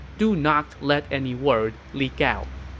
do not let any word leak out.